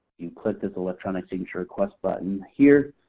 you click this electronic signature request button here.